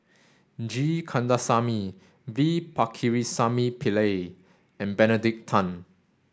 G Kandasamy V Pakirisamy Pillai and Benedict Tan